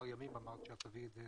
אמרת שתביאי את זה